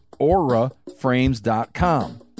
auraframes.com